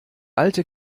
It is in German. alte